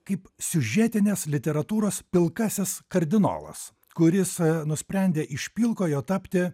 kaip siužetinės literatūros pilkasis kardinolas kuris nusprendė iš pilkojo tapti